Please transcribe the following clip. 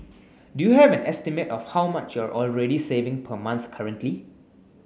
do you have an estimate of how much you're already saving per month currently